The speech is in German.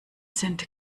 sind